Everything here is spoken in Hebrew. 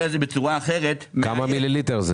על זה בצורה אחרת --- כמה מיליליטר?